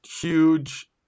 Huge